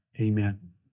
amen